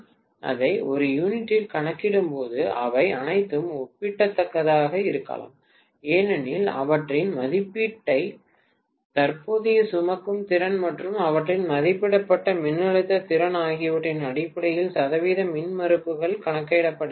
நான் அதை ஒரு யூனிட்டில் கணக்கிடும்போது அவை அனைத்தும் ஒப்பிடத்தக்கதாக இருக்கலாம் ஏனெனில் அவற்றின் மதிப்பிடப்பட்ட தற்போதைய சுமக்கும் திறன் மற்றும் அவற்றின் மதிப்பிடப்பட்ட மின்னழுத்த திறன் ஆகியவற்றின் அடிப்படையில் சதவீத மின்மறுப்புகள் கணக்கிடப்படுகின்றன